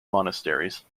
monasteries